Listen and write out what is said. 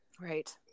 Right